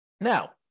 Now